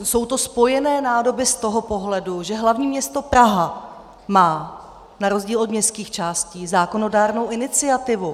jsou to spojené nádoby z toho pohledu, že hlavní město Praha má na rozdíl od městských částí zákonodárnou iniciativu.